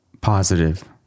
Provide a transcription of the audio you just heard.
positive